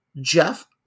Jeff